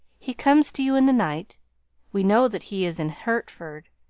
he comes to you in the night we know that he is in hertford.